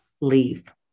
leave